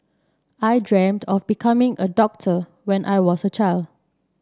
I dreamt of becoming a doctor when I was a child